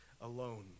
alone